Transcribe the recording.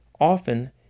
Often